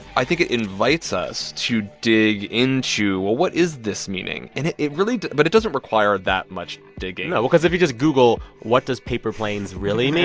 i think it invites us to dig into well, what is this meaning? and it it really but it doesn't require that much digging no because if you just google, what does paper planes really